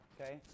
okay